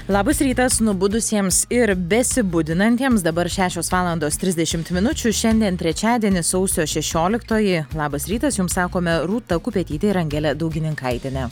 labas rytas nubudusiems ir besibudinantiems dabar šešios valandos trisdešimt minučių šiandien trečiadienis sausio šešioliktoji labas rytas jums sakome rūta kupetytė ir angelė daugininkaitienė